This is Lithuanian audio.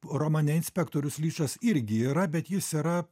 romane inspektorius lyčas irgi yra bet jis yra